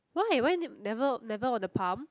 why why never never on a palm